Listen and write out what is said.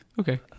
Okay